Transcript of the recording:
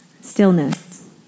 stillness